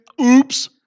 oops